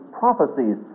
prophecies